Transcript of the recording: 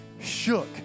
shook